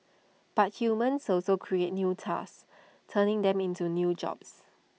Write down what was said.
but humans also create new tasks turning them into new jobs